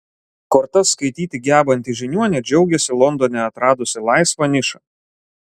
kortas skaityti gebanti žiniuonė džiaugiasi londone atradusi laisvą nišą